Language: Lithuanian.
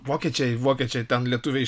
vokiečiai vokiečiai ten lietuviai